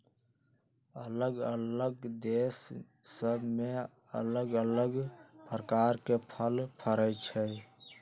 अल्लग अल्लग देश सभ में अल्लग अल्लग प्रकार के फल फरइ छइ